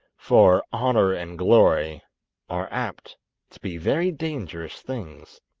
for honour and glory are apt to be very dangerous things